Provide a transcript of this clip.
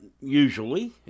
usually